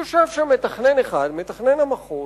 יושב שם מתכנן אחד, מתכנן המחוז,